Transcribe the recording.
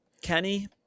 Kenny